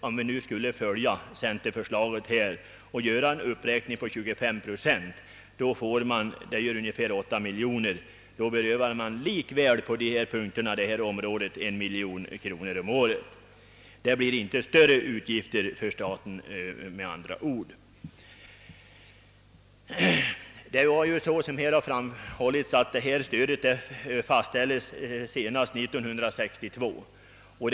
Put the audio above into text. Om vi skulle gå in för centerförslaget och göra en uppräkning med 25 procent av det extra mjölkpristillägget skulle det innebära en ökning med 8 miljoner, I så fall skulle man ändå beröva detta område 1 miljon kronor om året. Det blir med andra ord inte större utgift för staten. Det blir mindre likväl. Såsom här har framhållits fastställdes detta stöd senast 1962.